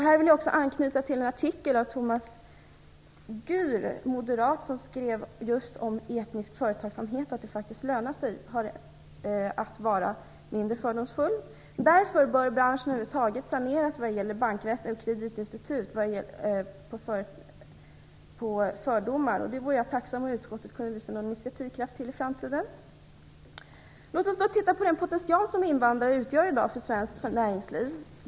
Här vill jag också anknyta till en artikel av moderaten Tomas Gür, som har skrivit om etnisk företagsamhet att det faktiskt lönar sig att vara mindre fördomsfull. Därför bör bankväsen och kreditinstitut saneras på fördomar vad gäller den här branschen, och jag vore tacksam om utskottet kunde ta något initiativ i den riktningen i framtiden. Låt oss titta på den potential som invandrare i dag utgör för svenskt näringsliv.